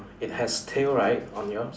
it has tail right on yours